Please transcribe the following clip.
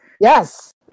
Yes